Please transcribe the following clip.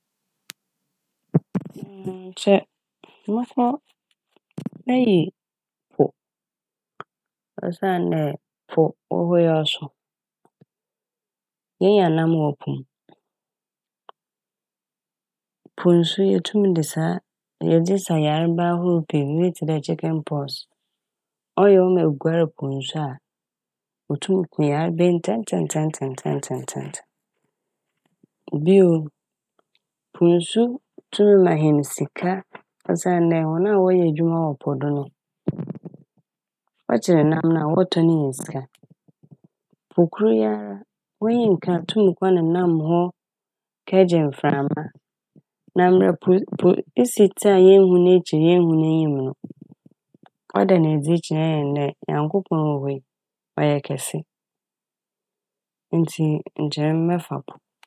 Nkyɛ mɔkɔ- meyi po osiandɛ po wɔ hɔ yi ɔso. Yenya nam wɔ po m'. Po nsu yetum dze saa- yɛde sa yarba ahorow pii bi tse dɛ " chicken pox". Ɔyɛ a wɔma eguar po nsu a otum ku yarba yi ntsɛntsɛm ntsɛntsɛm ntsɛntsɛm ntsɛntsɛm ntsɛntsɛm ntsɛntsɛm. Bio, po nsu tum ma hɛn sika osiandɛ hɔn a wɔyɛ edwuma wɔ po do no wɔkyer nam na wɔtɔn nya sika. Po kor yi ara w'enyi nnka a itum kɔ nenaam ho kɛgye mframa. Na mrɛ po - po isi tse a yennhu n'ekyir na yennhu n'enyim no ɔda nedzi kyerɛ hɛn dɛ Nyankopɔn wɔ hɔ yi ɔyɛ kɛse ntsi nkyɛ emi mɛfa po.